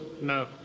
No